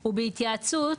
ובהתייעצות